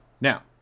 now